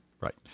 Right